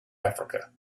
africa